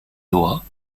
doigts